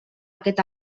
aquest